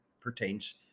pertains